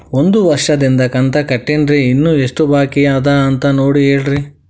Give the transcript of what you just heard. ಒಂದು ವರ್ಷದಿಂದ ಕಂತ ಕಟ್ಟೇನ್ರಿ ಇನ್ನು ಎಷ್ಟ ಬಾಕಿ ಅದ ನೋಡಿ ಹೇಳ್ರಿ